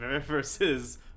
versus